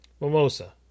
Mimosa